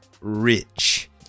Rich